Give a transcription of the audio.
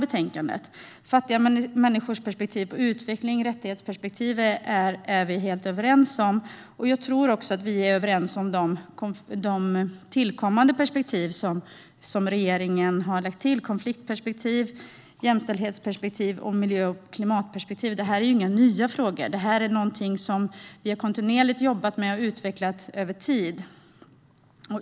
Perspektivet på fattiga människors utveckling och rättighetsperspektivet är vi helt överens om. Jag tror att vi också är överens om de perspektiv som regeringen har lagt till: konfliktperspektivet, jämställdhetsperspektivet och miljö och klimatperspektivet. Det här är inga nya frågor, utan det är något som vi kontinuerligt har jobbat med och utvecklat över tid.